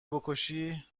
بکشی